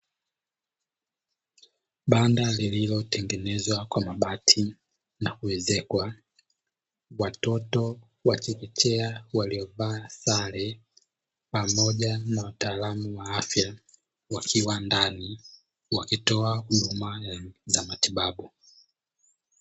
Banda lililotengenezwa kwa mabati na kuezekwa; watoto wa chekechea waliovaa sare pamoja na wataalamu wa afya wakiwa ndani, wakitoa huduma za matibabu.